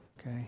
Okay